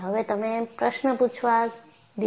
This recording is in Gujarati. હવે મને પ્રશ્ન પૂછવા દયો